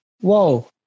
Whoa